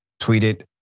tweeted